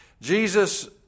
Jesus